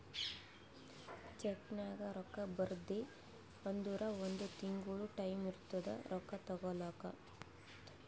ಚೆಕ್ನಾಗ್ ರೊಕ್ಕಾ ಬರ್ದಿ ಅಂದುರ್ ಒಂದ್ ತಿಂಗುಳ ಟೈಂ ಇರ್ತುದ್ ರೊಕ್ಕಾ ತಗೋಲಾಕ